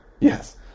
Yes